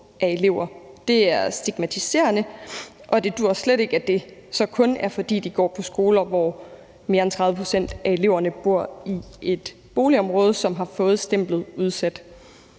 af elever. Det er stigmatiserende, og det duer slet ikke, at det så kun er, fordi de går på skoler, hvor mere end 30 pct. af eleverne bor i et boligområde, som har fået stemplet »udsat«.